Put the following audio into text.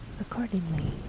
accordingly